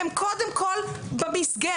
הם קודם כל במסגרת,